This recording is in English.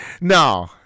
No